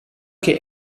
che